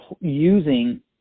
using